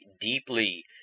deeply